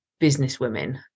businesswomen